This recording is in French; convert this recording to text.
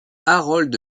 harold